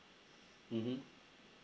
mmhmm